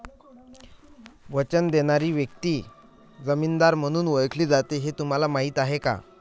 वचन देणारी व्यक्ती जामीनदार म्हणून ओळखली जाते हे तुम्हाला माहीत आहे का?